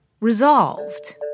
Resolved